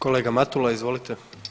Kolega Matula izvolite.